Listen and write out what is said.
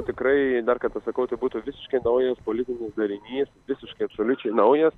tikrai dar kartą sakau tai būtų visiškai naujas politinis darinys visiškai absoliučiai naujas